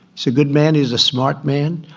so a good man is a smart man.